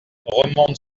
remonte